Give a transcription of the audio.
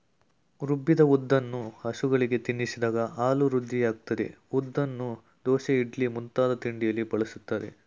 ರುಬ್ಬಿದ ಉದ್ದನ್ನು ಹಸುಗಳಿಗೆ ತಿನ್ನಿಸಿದಾಗ ಹಾಲು ವೃದ್ಧಿಯಾಗ್ತದೆ ಉದ್ದನ್ನು ದೋಸೆ ಇಡ್ಲಿ ಮುಂತಾದ ತಿಂಡಿಯಲ್ಲಿ ಬಳಸ್ತಾರೆ